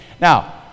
Now